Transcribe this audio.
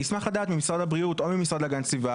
אני אשמח לדעת ממשרד הבריאות או ממשרד להגנת הסביבה,